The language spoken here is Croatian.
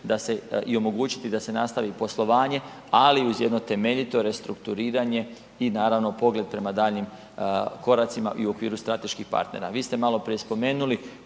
i omogućiti da se nastavi poslovanje ali uz jedno temeljito restrukturiranje i naravno pogled prema daljnjim koracima i u okviru strateških partnera. Vi ste maloprije spomenuli